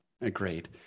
Agreed